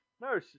No